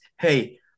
hey